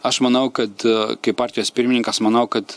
aš manau kad kaip partijos pirmininkas manau kad